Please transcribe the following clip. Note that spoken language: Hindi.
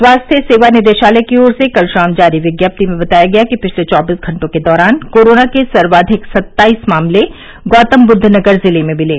स्वास्थ्य सेवा निदेशालय की ओर से कल शाम जारी विज्ञप्ति में बताया गया कि पिछले चौबीस घंटों के दौरान कोरोना के सर्वाधिक सत्ताईस मामले गौतमबुद्व नगर जिले में मिले